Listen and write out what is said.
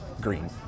green